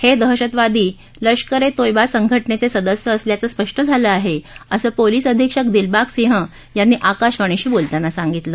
हे दहशतवादी लष्कर ए तोयबा संघटनेचे सदस्य असल्याचं स्पष्ट झालं आहे असं पोलिस अधिक्षक दिलबाग सिंह यांनी आकाशवाणीशी बोलताना सांगितलं